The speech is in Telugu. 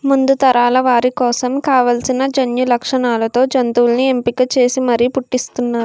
ముందు తరాల వారి కోసం కావాల్సిన జన్యులక్షణాలతో జంతువుల్ని ఎంపిక చేసి మరీ పుట్టిస్తున్నారు